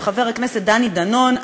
עם חבר הכנסת דני דנון,